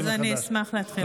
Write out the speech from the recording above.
אז אני אשמח להתחיל מחדש.